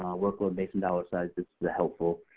workload based on dollar size, it's helpful